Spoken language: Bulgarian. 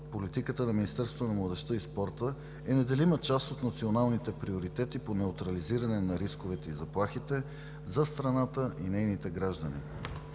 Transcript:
Министерството на младежта и спорта е неделима част от националните приоритети по неутрализиране на рисковете и заплахите за страната и нейните граждани.